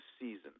season